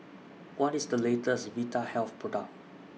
What IS The latest Vitahealth Product